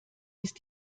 ist